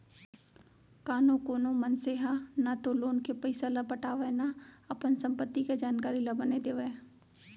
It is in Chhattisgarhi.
कानो कोनो मनसे ह न तो लोन के पइसा ल पटावय न अपन संपत्ति के जानकारी ल बने देवय